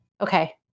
Okay